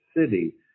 City